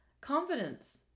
confidence